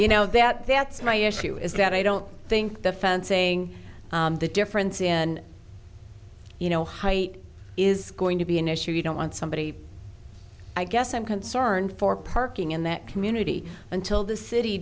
you know that that's my issue is that i don't think the fencing the difference in you know height is going to be an issue you don't want somebody i guess i'm concerned for parking in that community until the city